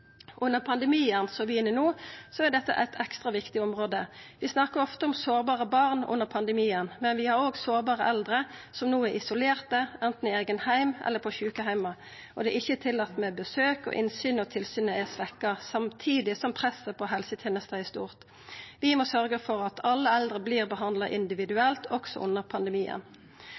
Under pandemien som vi har no, er dette eit ekstra viktig område. Vi snakkar ofte om sårbare barn under pandemien. Men vi har òg sårbare eldre, som no er isolerte – anten i eigen heim eller på sjukeheimar, der det ikkje er tillate med besøk, og innsynet og tilsynet er svekt – samtidig som presset på helsetenesta er stort. Vi må sørgja for at alle eldre vert behandla individuelt også under pandemien.